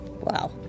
Wow